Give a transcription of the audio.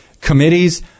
committees